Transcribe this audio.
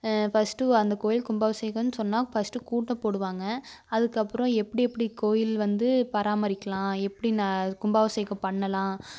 first அந்த கோயில் கும்பாபிஷேகன்னு சொன்னால் ஃபர்ஸ்ட்டு கூட்டம் போடுவாங்க அதுக்கப்புறோம் எப்படியெப்டி கோயில் வந்து பராமரிக்கலாம் எப்படின கும்பாபிஷேகம் பண்ணலாம்